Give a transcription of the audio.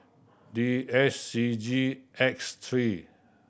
D S C G X three